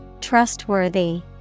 trustworthy